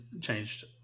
changed